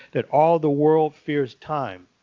that all the world fears time,